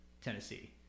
Tennessee